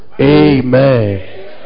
Amen